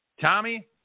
Tommy